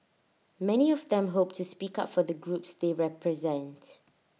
many of them hope to speak up for the groups they represent